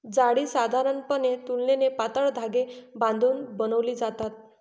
जाळी साधारणपणे तुलनेने पातळ धागे बांधून बनवली जातात